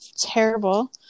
terrible